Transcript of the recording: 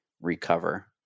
recover